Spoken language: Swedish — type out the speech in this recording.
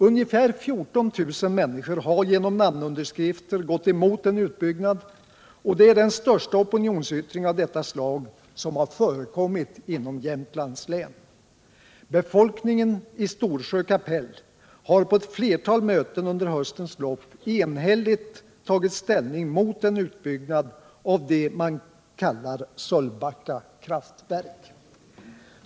Ungefär 14 000 människor har genom namnunderskrifter gått emot en utbyggnad, och det är den största opinionsyttring av detta slag som förekommit inom Jämtlands län. Befolkningen i Storsjö kapell har på ett flertal möten under höstens lopp enhälligt tagit ställning mot en utbyggnad av det man kallar Sölvbacka kraftverk.